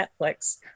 Netflix